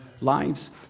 lives